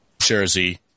Jersey